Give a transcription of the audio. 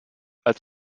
als